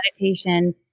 meditation